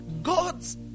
God's